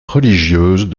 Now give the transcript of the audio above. religieuses